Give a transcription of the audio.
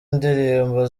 ndirimbo